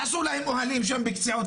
תעשו להם אוהלים שם בקציעות,